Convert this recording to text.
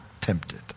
tempted